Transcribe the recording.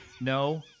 No